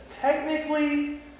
technically